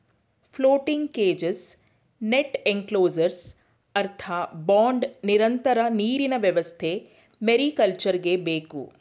floating cages, net enclosures, earth bund, ನಿರಂತರ ನೀರಿನ ವ್ಯವಸ್ಥೆ ಮೇರಿಕಲ್ಚರ್ಗೆ ಬೇಕು